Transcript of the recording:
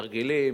תרגילים,